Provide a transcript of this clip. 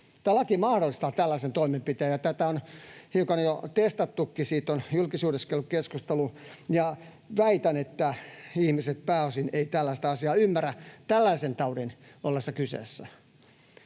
Tämä laki mahdollistaa tällaisen toimenpiteen, ja tätä on hiukan jo testattukin, siitä on julkisuudessakin ollut keskustelua. Väitän, että ihmiset pääosin eivät tällaista asiaa ymmärrä tällaisen taudin ollessa kyseessä.